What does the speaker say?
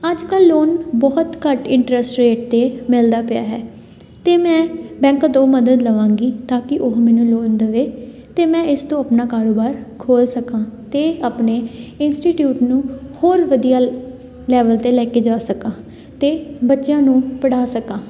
ਅੱਜ ਕੱਲ੍ਹ ਲੋਨ ਬਹੁਤ ਘੱਟ ਇੰਟਰਸਟ ਰੇਟ 'ਤੇ ਮਿਲਦਾ ਪਿਆ ਹੈ ਅਤੇ ਮੈਂ ਬੈਂਕ ਤੋਂ ਮਦਦ ਲਵਾਂਗੀ ਤਾਂ ਕਿ ਉਹ ਮੈਨੂੰ ਲੋਨ ਦੇਵੇ ਅਤੇ ਮੈਂ ਇਸ ਤੋਂ ਆਪਣਾ ਕਾਰੋਬਾਰ ਖੋਲ੍ਹ ਸਕਾਂ ਅਤੇ ਆਪਣੇ ਇੰਸਟੀਟਿਊਟ ਨੂੰ ਹੋਰ ਵਧੀਆ ਲੈਵਲ 'ਤੇ ਲੈ ਕੇ ਜਾ ਸਕਾਂ ਅਤੇ ਬੱਚਿਆਂ ਨੂੰ ਪੜ੍ਹਾ ਸਕਾਂ